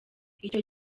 icyo